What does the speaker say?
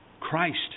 Christ